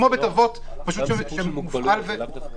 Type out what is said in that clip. זה כמו בית אבות שמופעל על ידי משרד